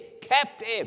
captive